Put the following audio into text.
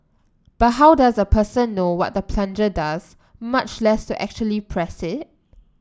but how does a person know what the plunger does much less to actually press it